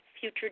future